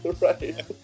Right